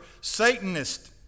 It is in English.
Satanist